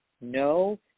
no